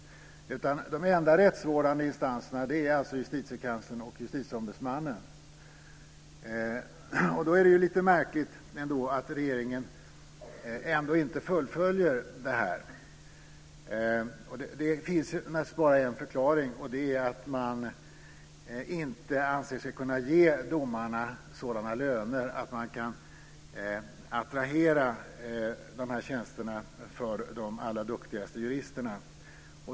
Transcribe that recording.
De enda rättsvårdande instanserna som har yttrat sig är alltså Justitiekanslern och Justitieombudsmannen. Det är lite märkligt att regeringen inte fullföljer det här, och det finns bara en förklaring, nämligen att man inte anser sig kunna ge domarna sådana löner att man kan attrahera dessa tjänster för de allra duktigaste juristerna.